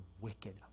wicked